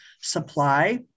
supply